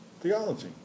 theology